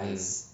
mm